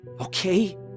Okay